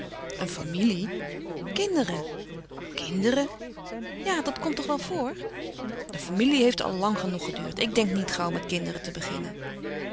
een familie kinderen kinderen ja dat komt toch wel voor de familie heeft al lang genoeg geduurd ik denk niet gauw met kinderen te beginnen